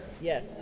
Yes